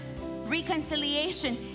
reconciliation